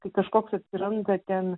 kai kažkoks atsiranda ten